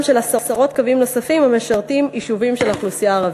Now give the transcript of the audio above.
של עשרות קווים נוספים המשרתים יישובים של האוכלוסייה הערבית.